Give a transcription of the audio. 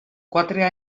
quatre